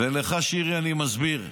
ולך, שירי, אני מסביר,